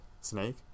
Snake